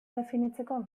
definitzeko